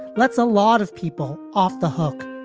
let's a lot of people off the hook,